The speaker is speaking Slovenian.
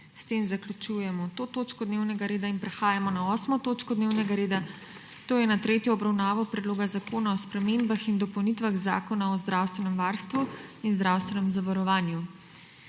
S tem zaključujem to točko dnevnega reda. Nadaljujemo s prekinjeno 8. točko dnevnega reda, to je s tretjo obravnavo Predloga zakona o spremembah in dopolnitvah Zakona o zdravstvenem varstvu in zdravstvenem zavarovanju